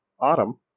Autumn